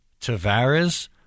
Tavares